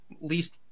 least